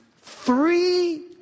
three